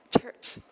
church